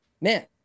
Man